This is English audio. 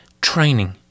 Training